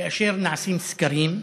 כאשר נעשים סקרים,